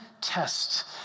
test